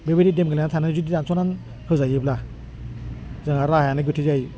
बेबायदि देमग्लायनानै थानाय जुदि दानस'ना होजायोब्ला जोंहा राहायानो गोथे जायो